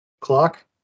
clock